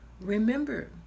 Remember